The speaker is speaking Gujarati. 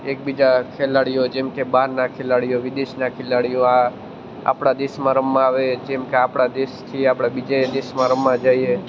એકબીજા ખિલાડીઓ જેમકે બહારના ખિલાડીઓ વિદેશના ખિલાડીઓ આ આપણા દેશમાં રમવા આવે જેમકે આપણા દેશથી આપણે બીજે દેશમાં રમવા જઈએ